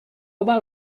about